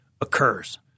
occurs